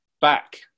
back